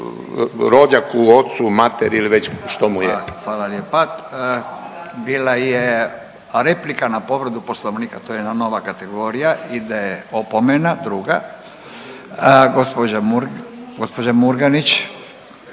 **Radin, Furio (Nezavisni)** Hvala, hvala lijepa. Bila je replika na povredu poslovnika, to je jedna nova kategorija, ide opomena druga. Gđa. Murganić.